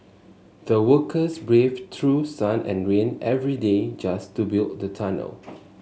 the workers braved through sun and rain every day just to build the tunnel